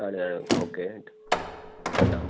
ആ ഞാന് ഓക്കെ രണ്ടാവും